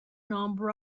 number